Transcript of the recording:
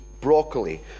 Broccoli